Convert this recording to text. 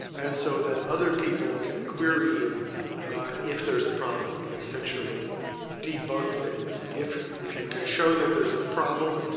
and so other people can query you if there's a problem. you can essentially debug things if if you can show that there's a problem,